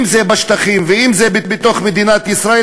אם בשטחים ואם בתוך מדינת ישראל,